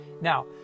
Now